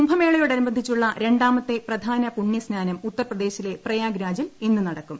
കുംഭമേളയോടനുബന്ധിച്ചുള്ള രണ്ടാമത്തെ പ്രധാന പുണ്യ സ്നാനം ഉത്തർപ്രദേശിലെ പ്രയാഗ് രാജിൽ ഇന്ന് നടക്കും